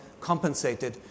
compensated